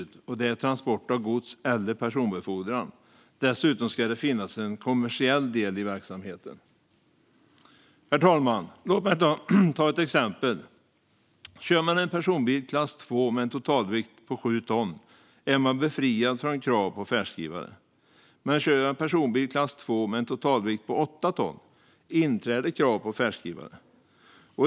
Det ska handla om transport av gods eller personbefordran, och det ska dessutom finnas en kommersiell del i verksamheten. Herr talman! Låt mig ta ett exempel. Kör man en personbil i klass II med en totalvikt på sju ton är man befriad från krav på färdskrivare, men kör man en personbil i klass II med en totalvikt på åtta ton inträder krav på färdskrivare.